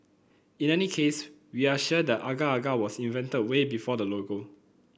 in any case we are sure the agar agar was invented way before the logo